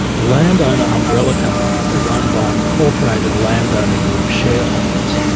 the landowner umbrella company is owned by incorporated landowner group shareholders,